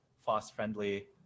FOSS-friendly